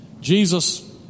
Jesus